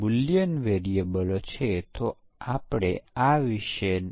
કાર્યાત્મક પરીક્ષણો તેઓ SRS દસ્તાવેજોમાં કાર્યાત્મક આવશ્યકતાઓને તપાસે છે